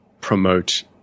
promote